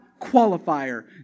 qualifier